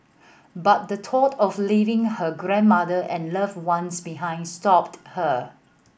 but the thought of leaving her grandmother and loved ones behind stopped her